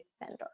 vendor